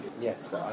Yes